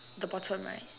the bottom right